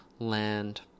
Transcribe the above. land